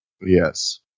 Yes